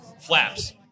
flaps